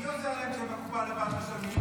מי עוזר להם כשהם בקופה לבד משלמים,